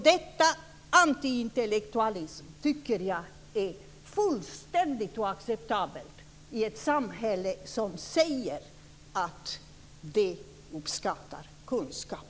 Denna antiintellektualism tycker jag är fullständigt oacceptabel i ett samhälle som säger sig uppskatta kunskap.